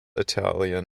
italian